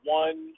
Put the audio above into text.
one